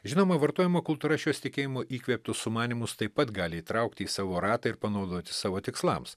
žinoma vartojimo kultūra šiuo tikėjimu įkvėptus sumanymus taip pat gali įtraukti į savo ratą ir panaudoti savo tikslams